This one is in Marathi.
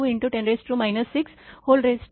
5 तर ते 49